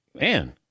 man